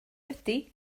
ydy